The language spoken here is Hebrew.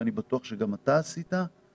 ואני בטוח שגם אתה עשית כך.